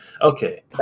Okay